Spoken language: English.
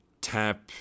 TAP